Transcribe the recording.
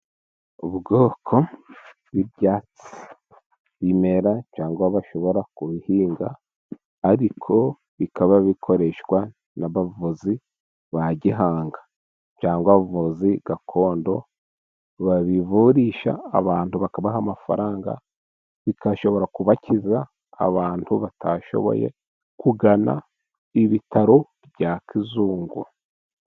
Ubwoko bw'ibyatsi bimera cyangwa bashobora kubihinga, ariko bikaba bikoreshwa n'abavuzi ba gihanga cyangwa abavuzi gakondo, babivurisha abantu bakabaha amafaranga bigashobora kubakiza, abantu badashoboye kugana ibitaro bya kizungu.